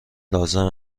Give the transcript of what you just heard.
لازم